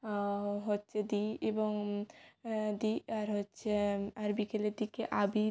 হচ্ছে দিই এবং দিই আর হচ্ছে আর বিকেলের দিকে আবির